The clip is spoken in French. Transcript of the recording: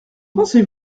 pensez